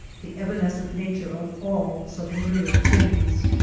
the evanescent nature of all sublunaiy things.